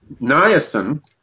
niacin